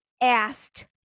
asked